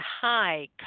high